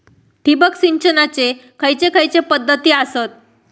ठिबक सिंचनाचे खैयचे खैयचे पध्दती आसत?